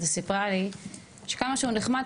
אז היא סיפרה לי שכמה שהוא נחמד,